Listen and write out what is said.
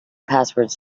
passwords